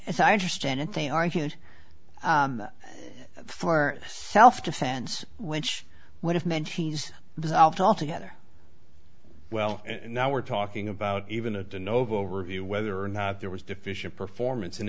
as i understand it they argued for self defense which would have meant he's dissolved altogether well now we're talking about even a noble review whether or not there was deficient performance and